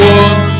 one